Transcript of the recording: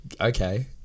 okay